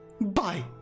Bye